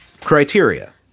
Criteria